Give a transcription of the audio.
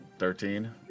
Thirteen